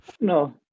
No